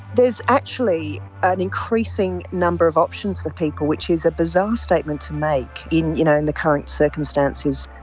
there's actually an increasing number of options for people, which is a bizarre statement to make in you know and the current circumstances,